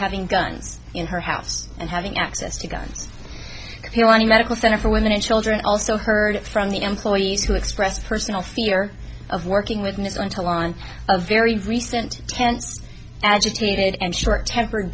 having guns in her house and having access to guns he wanted medical center for women and children also heard from the employees who expressed personal fear of working with ms until on a very recent tense agitated and short tempered